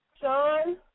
Sean